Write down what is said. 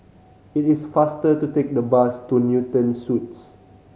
it is faster to take the bus to Newton Suites